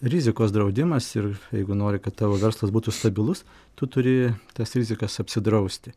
rizikos draudimas ir jeigu nori kad tavo verslas būtų stabilus tu turi tas rizikas apsidrausti